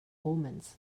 omens